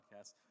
podcast